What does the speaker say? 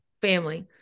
family